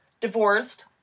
Divorced